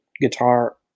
Guitar